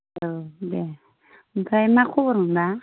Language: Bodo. औ दे ओमफ्राय मा खबर नोंना